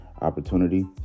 opportunity